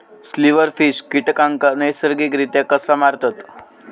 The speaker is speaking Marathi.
सिल्व्हरफिश कीटकांना नैसर्गिकरित्या कसा मारतत?